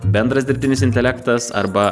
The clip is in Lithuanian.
bendras dirbtinis intelektas arba